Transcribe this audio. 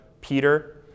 Peter